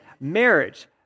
marriage